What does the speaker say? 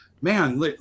man